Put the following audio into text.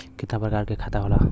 कितना प्रकार के खाता होला?